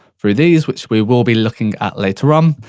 through these, which we will be looking at, later um